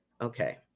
okay